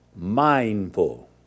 mindful